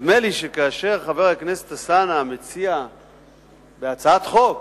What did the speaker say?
נדמה לי שכאשר חבר הכנסת אלסאנע מציע בהצעת חוק